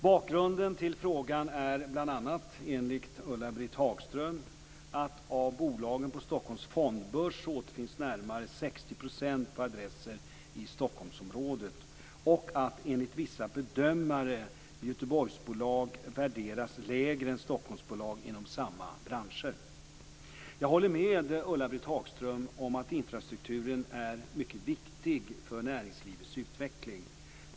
Bakgrunden till frågan är bl.a., enligt Ulla-Britt Hagström, att av bolagen på Stockholms Fondbörs återfinns närmare 60 % på adresser i Stockholmsområdet och att enligt vissa bedömare Göteborgsbolag värderas lägre än Stockholmsbolag inom samma branscher. Jag håller med Ulla-Britt Hagström om att infrastrukturen är mycket viktig för näringslivets utveckling.